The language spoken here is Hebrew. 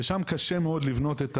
ושם קשה מאוד לבנות,